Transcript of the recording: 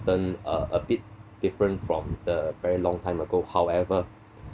~ten uh a bit different from the very long time ago however